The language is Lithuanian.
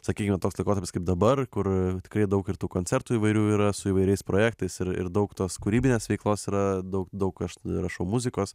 sakykime toks laikotarpis kaip dabar kur tikrai daug ir tų koncertų įvairių yra su įvairiais projektais ir ir daug tos kūrybinės veiklos yra daug daug aš rašau muzikos